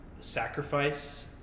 sacrifice